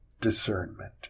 discernment